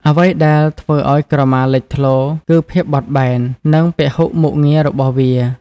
អ្វីដែលធ្វើឲ្យក្រមាលេចធ្លោ គឺ ភាពបត់បែន និងពហុមុខងារ របស់វា។